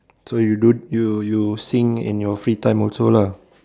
so you don't you you sing in your free time also lah